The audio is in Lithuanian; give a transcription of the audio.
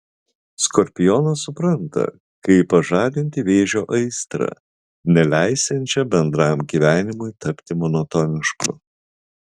skorpionas supranta kaip pažadinti vėžio aistrą neleisiančią bendram gyvenimui tapti monotonišku